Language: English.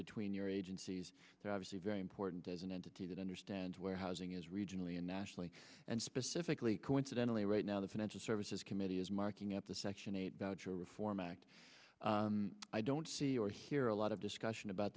between your agencies obviously very important as an entity that understands where housing is regionally and nationally and specifically coincidentally right now the financial services committee is marking up the section eight voucher reform act i don't see or hear a lot of discussion about